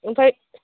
ओमफ्राय